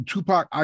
Tupac